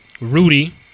Rudy